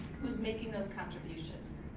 who's making those contributions.